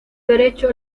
derecho